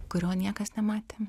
kurio niekas nematė